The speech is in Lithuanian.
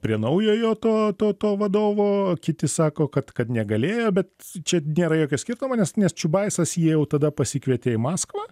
prie naujojo to to to vadovo kiti sako kad kad negalėjo bet čia nėra jokio skirtumo nes nes čiubaisas jį jau tada pasikvietė į maskvą